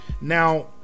Now